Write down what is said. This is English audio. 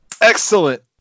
excellent